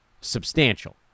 substantial